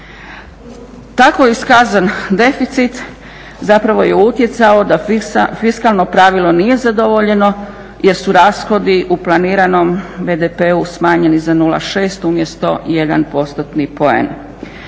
Tako iskazan deficit zapravo je utjecao da fiskalno pravilo nije zadovoljeno jer su rashodi u planiranom BDP-u smanjeni za 0,6 umjesto 1 postotni